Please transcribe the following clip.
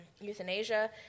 euthanasia